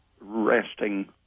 resting